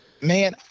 man